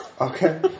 Okay